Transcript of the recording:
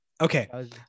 Okay